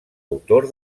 autor